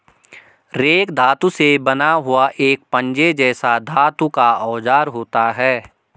rake धातु से बना हुआ एक पंजे जैसा धातु का औजार होता है